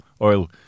oil